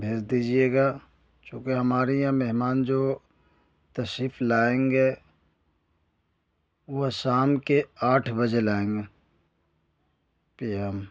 بھیج دیجیے گا چونکہ ہمارے یہاں مہمان جو تشریف لائیں گے وہ شام کے آٹھ بجے لائیں گے پی ایم